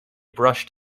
brushed